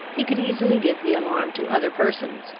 he could easily give the alarm to other persons,